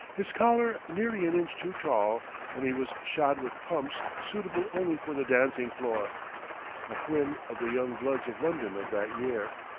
his collar nearly an inch too tall and he was shod with pumps suitable only for the dancing-floor a whim of the young-bloods of london of that year.